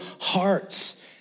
hearts